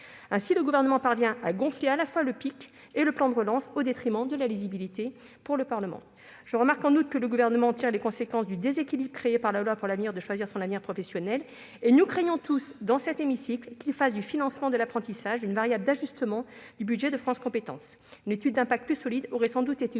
Ainsi, le Gouvernement parvient à gonfler à la fois le PIC et le plan de relance, au détriment de la lisibilité pour le Parlement. Je remarque en outre que le Gouvernement tire les conséquences du déséquilibre créé par la loi pour la liberté de choisir son avenir professionnel. Tous, dans cet hémicycle, nous craignions qu'il ne conduise à faire du financement de l'apprentissage une variable d'ajustement du budget de France compétences. Une étude d'impact plus solide aurait sans doute été utile